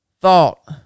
thought